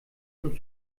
und